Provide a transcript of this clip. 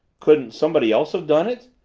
couldn't somebody else have done it?